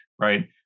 right